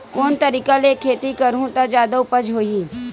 कोन तरीका ले खेती करहु त जादा उपज होही?